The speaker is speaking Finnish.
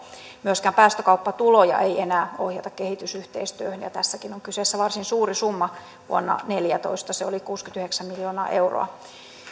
myöskään päästökauppatuloja ei enää ohjata kehitysyhteistyöhön ja tässäkin on kyseessä varsin suuri summa vuonna neljätoista se oli kuusikymmentäyhdeksän miljoonaa euroa